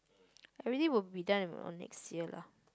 already will be done or not or next year lah